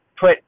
put